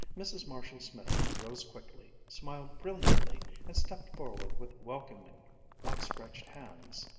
mrs. marshall-smith rose quickly, smiled brilliantly, and stepped forward with welcoming outstretched hands.